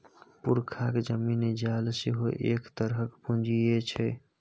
पुरखाक जमीन जाल सेहो एक तरहक पूंजीये छै